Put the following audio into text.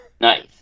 Nice